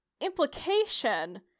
implication